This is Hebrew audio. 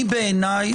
בעיניי,